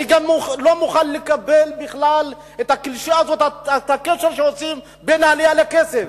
אני לא מוכן לקבל את הקשר הזה שעושים בין עלייה לכסף.